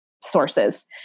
sources